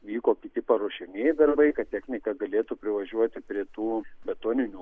vyko kiti paruošiamieji darbai kad technika galėtų privažiuoti prie tų betoninių